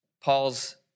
Paul's